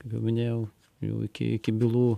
kaip jau minėjau jau iki iki bylų